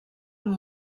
amb